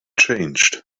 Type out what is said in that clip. changed